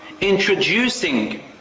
introducing